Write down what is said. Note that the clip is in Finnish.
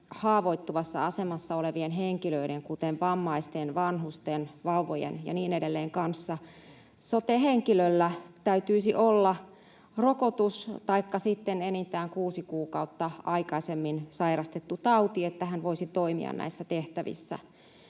haavoittuvassa asemassa olevien henkilöiden, kuten vammaisten, vanhusten, vauvojen ja niin edelleen, kanssa, sote-henkilöllä täytyisi olla rokotus taikka sitten enintään kuusi kuukautta aikaisemmin sairastettu tauti, että hän voisi toimia näissä tehtävissä.